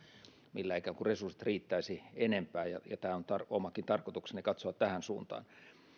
millä resurssit riittäisivät enempään ja ja on omakin tarkoitukseni katsoa tähän suuntaan